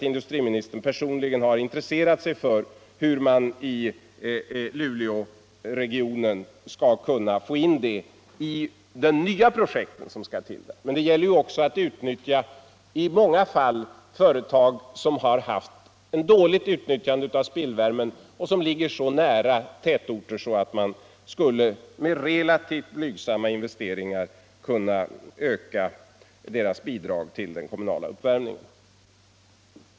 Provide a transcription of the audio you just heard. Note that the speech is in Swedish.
Industriministern har ju personligen intresserat sig för hur man i Luleåregionen skall kunna få in ett sådant samarbete i de nya projekt som skall till där, men det gäller också i många fall att sikta på företag som har haft ett dåligt utnyttjande av spillvärmen och som ligger så nära tätorter att relativt blygsamma investeringar skulle kunna öka deras bidrag till den kommunala uppvärmningen.